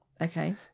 Okay